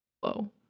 Whoa